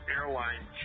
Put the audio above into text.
Airline